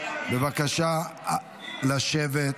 בבקשה לשבת.